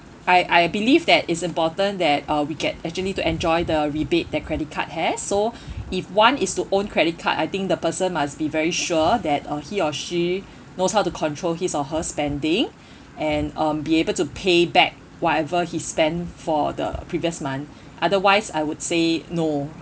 I I believe that it's important that uh we get actually to enjoy the rebate that credit card has so if one is to own credit card I think the person must be very sure that uh he or she knows how to control his or her spending and um be able to pay back whatever he spent for the previous month otherwise I would say no